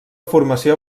formació